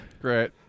Great